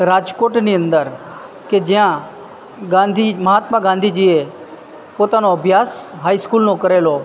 રાજકોટની અંદર કે જ્યાં ગાંધી મહાત્મા ગાંધીજીએ પોતાનો અભ્યાસ હાઈસ્કૂલનો કરેલો